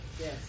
Yes